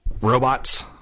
robots